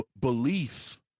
Belief